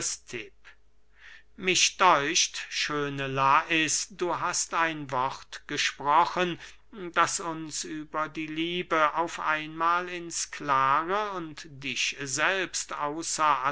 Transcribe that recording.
mir däucht schöne lais du hast ein wort gesprochen das uns über die liebe auf einmahl ins klare und dich selbst